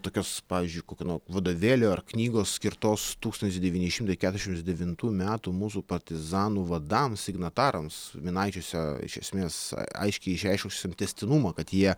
tokios pavyzdžiui kokio nors vadovėlio ar knygos skirtos tūkstantis devyni šimtai keturiasdešimt devintų metų mūsų partizanų vadams signatarams minaičiuose iš esmės aiškiai išreiškusiems tęstinumą kad jie